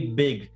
big